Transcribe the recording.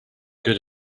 good